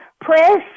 press